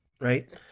right